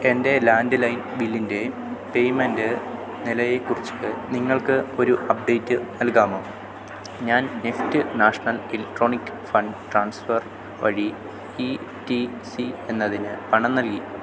എൻ്റെ ലാൻഡ്ലൈൻ ബില്ലിൻ്റെ പേയ്മെൻ്റ് നിലയെ കുറിച്ചിട്ട് നിങ്ങൾക്ക് ഒരു അപ്ഡേറ്റ് നൽകാമോ ഞാൻ NEFT national electronic fund transfer വഴി ഈ റ്റി സി എന്നതിന് പണം നൽകി